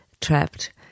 trapped